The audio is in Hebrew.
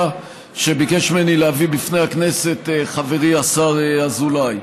שביקש ממני להביא בפני הכנסת חברי השר אזולאי: